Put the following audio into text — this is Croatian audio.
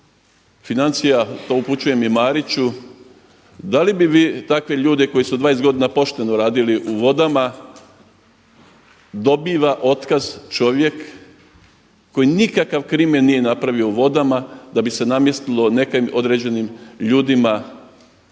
financija, to upućujem i Mariću, da li bi vi takve ljude koji su 20 godina pošteno radili u vodama dobiva otkaz čovjek koji nikakav krimen nije napravio u vodama da bi se namjestilo nekim određenim ljudima